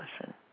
listen